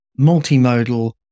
multimodal